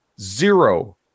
zero